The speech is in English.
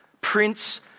Prince